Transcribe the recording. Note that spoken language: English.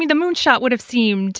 the moon shot would have seemed